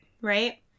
Right